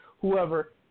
whoever